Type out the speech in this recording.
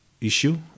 issue